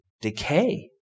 decay